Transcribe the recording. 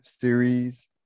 series